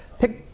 Pick